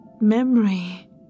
memory